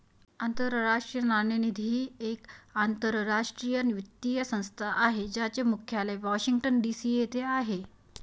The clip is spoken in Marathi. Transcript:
आंतरराष्ट्रीय नाणेनिधी ही एक आंतरराष्ट्रीय वित्तीय संस्था आहे ज्याचे मुख्यालय वॉशिंग्टन डी.सी येथे आहे